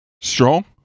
strong